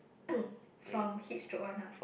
from heat stroke one ah